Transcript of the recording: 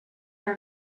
her